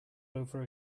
over